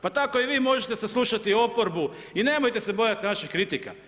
Pa tako i vi možete saslušati oporbu i nemojte se bojat naših kritika.